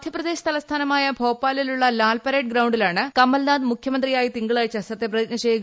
മധ്യപ്രദേശ് തലസ്ഥാനമായ ഭോപ്പാലിലുള്ള ലാൽ പരേഡ് ഗ്രൌണ്ടിലാണ് മുഖ്യമന്ത്രിയായി കമൽ നാഥ് തിങ്കളാഴ്ച സത്യപ്രതിജ്ഞ ചെയ്യുക